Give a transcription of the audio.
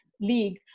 league